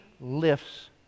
lifts